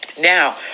Now